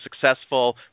successful